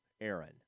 Aaron